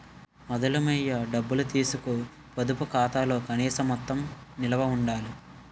మొదలు మొయ్య డబ్బులు తీసీకు పొదుపు ఖాతాలో కనీస మొత్తం నిలవ ఉండాల